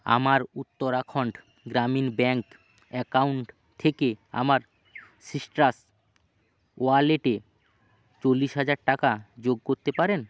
আমার Uttarakhand Gramin bank account থেকে আমার সিট্রাস ওয়ালেটে চল্লিশ হাজার টাকা যোগ করতে পারেন